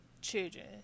children